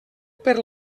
per